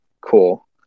cool